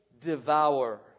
devour